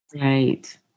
Right